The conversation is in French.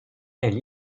elle